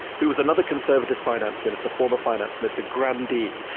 who was another conservative finance minister, former finance minister, grand d,